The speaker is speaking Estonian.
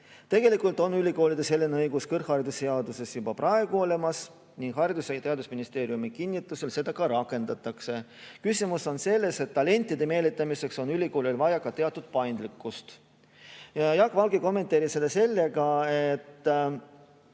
Tegelikult on ülikoolidel selline õigus kõrgharidusseaduses juba praegu olemas ning Haridus- ja Teadusministeeriumi kinnitusel seda ka rakendatakse. Küsimus on selles, et talentide meelitamiseks on ülikoolil vaja teatud paindlikkust. Jaak Valge kommenteeris seda nii, et